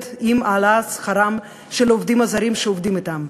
עם העלאת שכרם של העובדים הזרים שעובדים אתם,